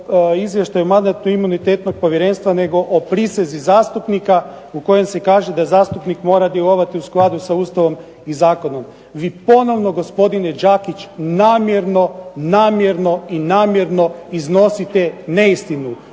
izvještaju Mandatno-imunitetnog povjerenstva nego o prisezi zastupnika u kojoj se kaže da zastupnik mora djelovati u skladu sa Ustavom i zakonom. Vi ponovno gospodine Đakić namjerno i namjerno iznosite neistinu.